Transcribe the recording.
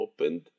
opened